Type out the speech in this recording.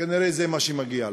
כנראה זה מה שמגיע לה.